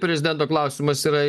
prezidento klausimas yra